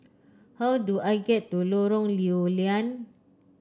how do I get to Lorong Lew Lian